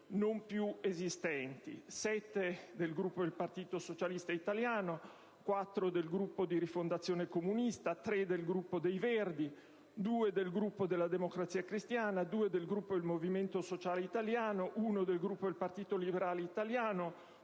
non più esistenti: 7 del Gruppo del Partito Socialista Italiano; 4 del Gruppo di Rifondazione Comunista; 3 del Gruppo dei Verdi; 2 del Gruppo della Democrazia Cristiana; 2 del Gruppo del Movimento Sociale Italiano; 1 del Gruppo del Partito Liberale Italiano;